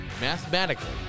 mathematically